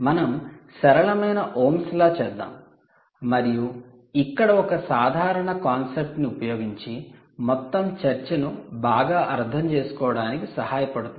మనం సరళమైన Ohm's law ohms law చేద్దాం మరియు ఇక్కడ ఒక సాధారణ కాన్సెప్ట్ని ఉపయోగిస్తే మొత్తం చర్చ బాగా అర్థం చేసుకోవడం జరుగుతుంది